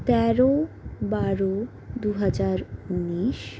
তেরো বারো দুহাজার উনিশ